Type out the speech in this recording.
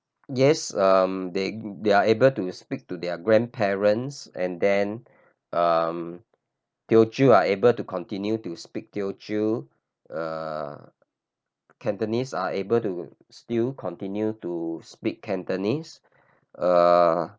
yes um they they're able to speak to their grandparents and then um Teochew are able to continue to speak Teochew ah Cantonese are able to still continue to speak Cantonese ah